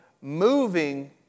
Moving